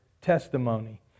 testimony